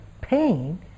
pain